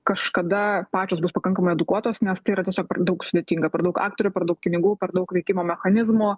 kažkada pačios bus pakankamai edukuotos nes tai yra tiesiog per daug sudėtinga per daug aktorių per daug pinigų per daug veikimo mechanizmų